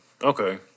Okay